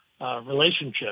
relationship